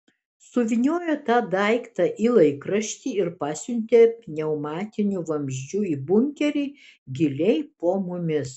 suvyniojo tą daiktą į laikraštį ir pasiuntė pneumatiniu vamzdžiu į bunkerį giliai po mumis